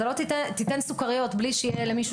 לא תיתן סוכריות בלי שיהיו למישהו